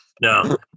no